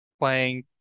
playing